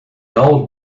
old